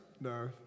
No